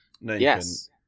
Yes